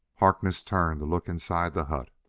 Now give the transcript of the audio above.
harkness turned to look inside the hut.